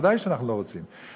ודאי שאנחנו לא רוצים זאת.